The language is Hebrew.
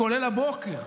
כולל הבוקר,